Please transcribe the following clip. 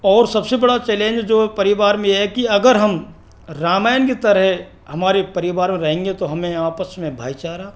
और सबसे बड़ा चैलेंज जो परिवार में ये है कि अगर हम रामायण की तरह हमारे परिवार में रहेंगे तो हमें आपस में भाईचारा